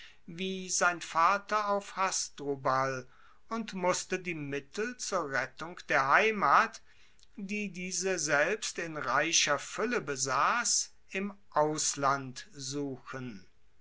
wie sein vater auf hasdrubal und musste die mittel zur rettung der heimat die diese selbst in reicher fuelle besass im ausland suchen